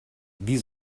wie